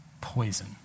poison